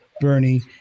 Bernie